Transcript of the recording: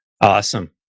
Awesome